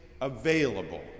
available